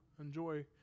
enjoy